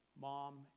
mom